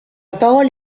parole